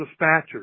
dispatchers